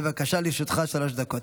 בבקשה, לרשותך שלוש דקות.